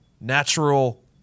natural